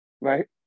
right